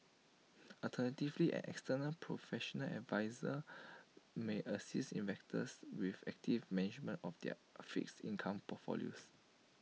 alternatively an external professional adviser may assist investors with active management of their fixed income portfolios